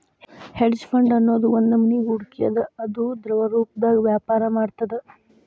hedge fund ಅನ್ನೊದ್ ಒಂದ್ನಮನಿ ಹೂಡ್ಕಿ ಅದ ಅದು ದ್ರವರೂಪ್ದಾಗ ವ್ಯಾಪರ ಮಾಡ್ತದ